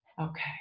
Okay